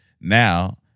Now